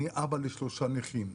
אני אבא לשלושה נכים: